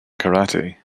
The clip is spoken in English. karate